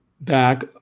back